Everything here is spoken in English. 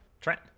Trent